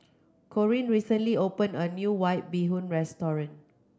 Corene recently opened a new White Bee Hoon restaurant